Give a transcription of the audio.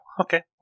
Okay